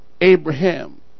Abraham